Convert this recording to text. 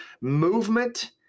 movement